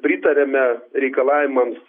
pritariame reikalavimams